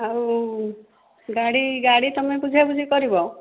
ଆଉ ଗାଡ଼ି ଗାଡ଼ି ତୁମେ ବୁଝା ବୁଝି କରିବ